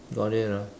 got it ah